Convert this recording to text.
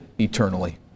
eternally